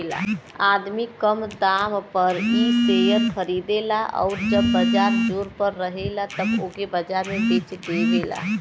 आदमी कम दाम पर इ शेअर खरीदेला आउर जब बाजार जोर पर रहेला तब ओके बाजार में बेच देवेला